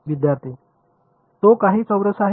विद्यार्थी तो काही चौरस आहे